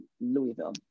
Louisville